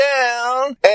down